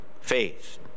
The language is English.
faith